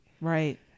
right